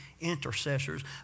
intercessors